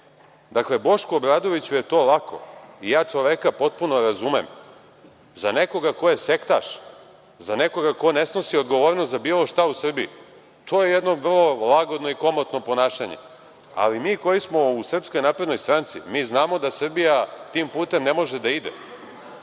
kompanije. Bošku Obradoviću je to lako. Ja čoveka potpuno razumem. Za nekoga ko je sektaš, za nekoga ko ne snosi odgovornost za bilo šta u Srbiji, to je jedno vrlo lagodno i komotno ponašanje, ali mi koji smo u SNS, mi znamo da Srbija tim putem ne može da ide.